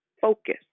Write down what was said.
Focus